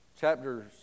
chapters